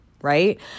right